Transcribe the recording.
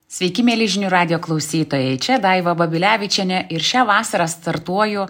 sveiki mieli žinių radijo klausytojai čia daiva babilevičienė ir šią vasarą startuoju